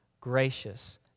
gracious